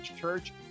Church